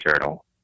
journal